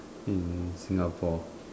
in Singapore